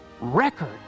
record